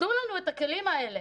תנו לנו את הכלים האלה.